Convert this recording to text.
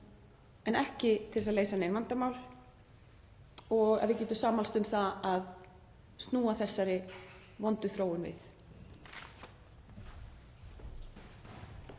en ekki til þess að leysa nein vandamál og að við getum sammælst um að snúa þessari vondu þróun við.